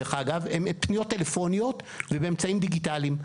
הן פניות טלפוניות ובאמצעים דיגיטליים.